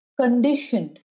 conditioned